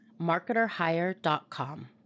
MarketerHire.com